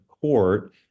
court